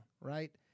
right